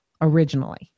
originally